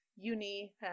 Uni